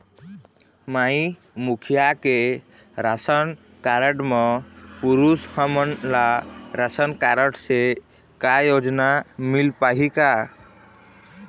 माई मुखिया के ration card म पुरुष हमन ला रासनकारड से का योजना मिल पाही का?